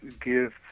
give